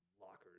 lockers